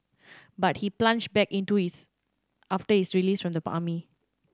but he plunged back into it after his release from the army